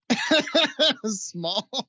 Small